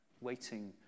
waiting